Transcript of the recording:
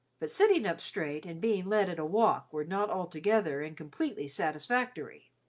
but sitting up straight and being led at a walk were not altogether and completely satisfactory.